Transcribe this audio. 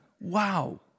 Wow